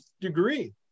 degree